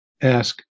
Ask